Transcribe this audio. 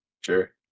Sure